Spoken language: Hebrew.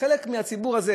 חלק מהציבור הזה,